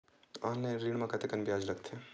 Online ऋण म कतेकन ब्याज लगथे?